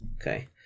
Okay